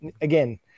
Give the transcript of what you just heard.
again